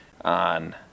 on